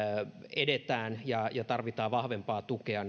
edetään ja ja tarvitaan vahvempaa tukea